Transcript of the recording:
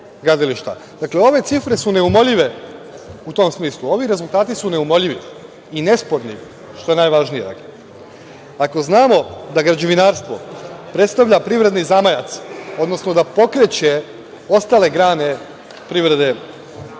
Dakle, ove cifre su neumoljive u tom smislu. Ovi rezultati su neumoljivi i nesporni, što je najvažnije ako znamo da građevinarstvo predstavlja privredni zamajac, odnosno da pokreće ostale grane prirede